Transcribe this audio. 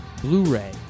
Blu-ray